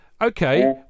Okay